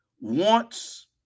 wants